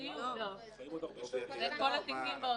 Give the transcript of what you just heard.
זה מכאן ולהבא.